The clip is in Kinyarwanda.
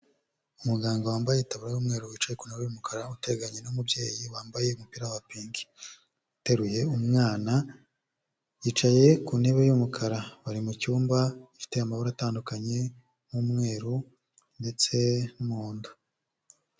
Umuganga wambaye itaburiya y'umweru wicaye ku ntebe y'umukara uteganye n'umubyeyi wambaye umupira wa pinki uteruye umwana, yiicaye ku ntebe y'umukara bari mu cyumba gifite amabara atandukanye nk'umweru ndetse n'umuhondo.